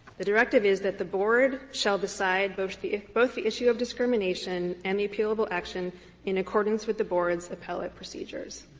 the directive is that the board shall decide both the both the issue of discrimination and the appealable action in accordance with the board's appellate procedures.